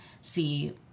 see